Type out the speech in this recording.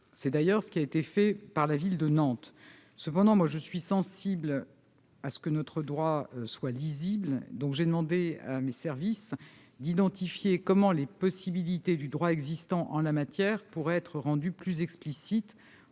C'est d'ailleurs ce qui a été fait par la ville de Nantes. Cependant, je suis sensible à ce que notre droit soit lisible. J'ai donc demandé à mes services d'identifier par quelles voies les possibilités du droit existant en la matière pourraient être rendues plus explicites